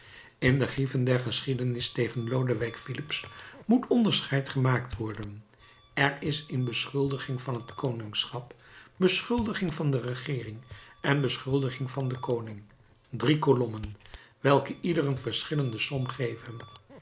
de grieven der geschiedenis tegen lodewijk filips moet onderscheid gemaakt worden er is in beschuldiging van het koningschap beschuldiging van de regeering en beschuldiging van den koning drie kolommen welke ieder een verschillende som geven